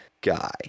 guy